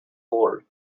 lord